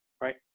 right